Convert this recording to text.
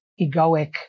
egoic